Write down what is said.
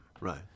Right